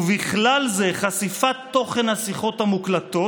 ובכלל זה חשיפת תוכן השיחות המוקלטות,